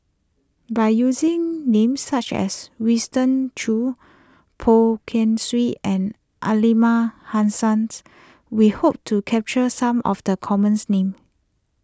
by using names such as Winston Choos Poh Kay Swee and Aliman Hassans we hope to capture some of the commons names